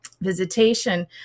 visitation